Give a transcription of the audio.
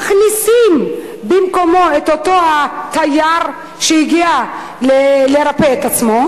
במקומו מכניסים את אותו התייר שהגיע לרפא את עצמו,